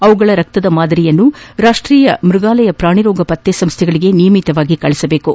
ಅವುಗಳ ರಕ್ತದ ಮಾದರಿಯನ್ನು ರಾಷ್ಟೀಯ ಮ್ಯಗಾಲಯ ಪ್ರಾಣಿರೋಗ ಪತ್ತೆ ಸಂಸ್ಥೆಗಳಿಗೆ ನಿಯಮಿತವಾಗಿ ಕಳುಹಿಸಬೇಕು